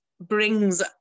brings